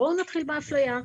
בואו נתחיל מהאפליה,